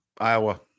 Iowa